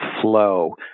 flow